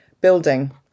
building